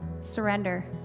surrender